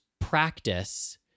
practice